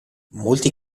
molti